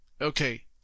okay